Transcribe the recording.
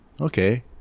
okay